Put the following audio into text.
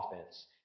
offense